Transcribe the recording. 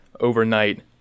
overnight